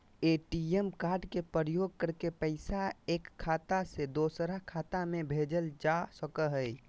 ATM card के प्रयोग करके पैसा एक खाता से दोसर खाता में भेजल जा सको हय